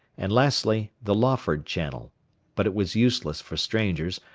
and lastly, the lawford channel but it was useless for strangers,